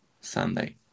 Sunday